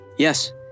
Yes